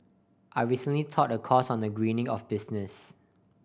I recently taught a course on the greening of business